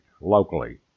locally